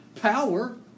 power